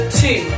two